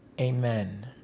Amen